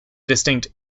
distinct